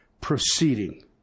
proceeding